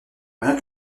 rien